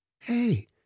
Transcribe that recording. Hey